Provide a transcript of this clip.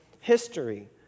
history